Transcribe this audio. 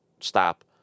stop